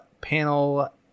panel